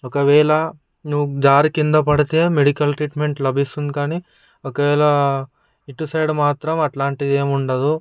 ఒకవేళ నువ్వు జారి కింద పడితే మెడికల్ ట్రీట్మెంట్ లభిస్తుంది కానీ ఒకవేళ ఇటు సైడ్ మాత్రం అట్లాంటిది ఏమి ఉండదు